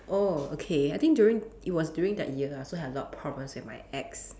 oh okay I think during it was during that year ah so I had a lot of problems with my ex